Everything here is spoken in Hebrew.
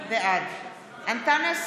בעד אנטאנס